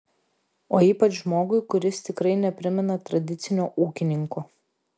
o ypač žmogui kuris tikrai neprimena tradicinio ūkininko